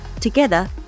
Together